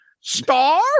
star